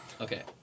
Okay